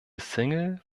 single